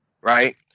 right